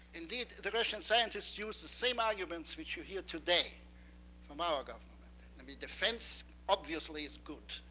indeed, the russian scientists used the same arguments which you hear today from our government and i mean defense obviously is good,